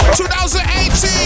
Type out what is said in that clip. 2018